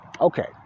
Okay